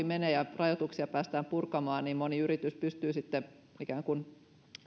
menee ohi ja rajoituksia päästään purkamaan niin moni yritys pystyy sitten ikään kuin